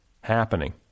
happening